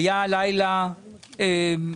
היה לילה